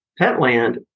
Petland